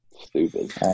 Stupid